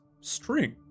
string